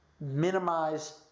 minimize